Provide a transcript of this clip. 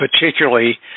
particularly